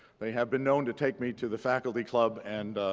they have been known to take me to the faculty club and